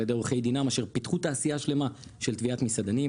על ידי עורכי דינם אשר פיתחו תעשייה שלמה של תביעת מסעדנים.